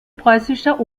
preußischer